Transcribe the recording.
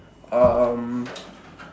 um